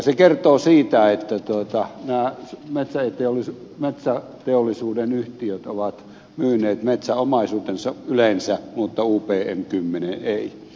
se kertoo siitä että nämä metsäteollisuuden yhtiöt ovat myyneet metsäomaisuutensa yleensä mutta upm kymmene ei